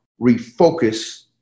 refocus